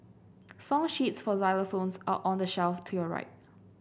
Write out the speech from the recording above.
song sheets for xylophones are on the shelf to your right